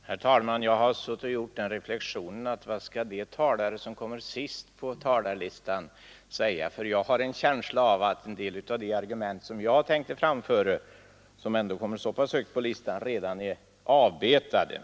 Herr talman! Jag har gjort den reflexionen: Vad skall de talare som står sist på talarlistan säga? Jag har en känsla av att en del av de argument som jag tänkte anföra redan nu är avbetade, och jag kommer ju ändå ganska långt fram på talarlistan.